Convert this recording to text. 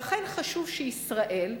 אכן חשוב שישראל,